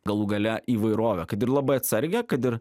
galų gale įvairovę kad ir labai atsargią kad ir